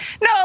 No